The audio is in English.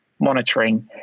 monitoring